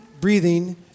breathing